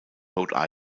rhode